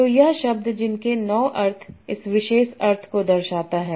तो यह शब्द इसके 9 अर्थ इस विशेष अर्थ को दर्शाता है